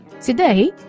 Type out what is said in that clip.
Today